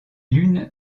l’une